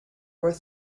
worth